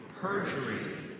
perjury